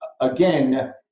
again